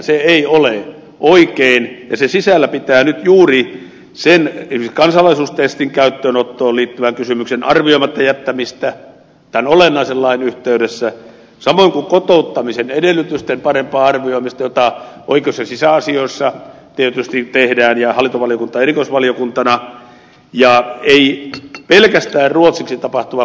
se ei ole oikein koska laki pitää sisällään nyt juuri sen esimerkiksi kansalaisuustestin käyttöönottoon liittyvän kysymyksen arvioimatta jättämisen tämän olennaisen lain yhteydessä samoin kuin kotouttamisen edellytysten paremman arvioimisen jota oikeus ja sisäasioissa tietysti tehdään ja hallintovaliokunta erikoisvaliokuntana ja ei pelkästään ruotsiksi tapahtuvaa kotouttamista